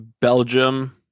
Belgium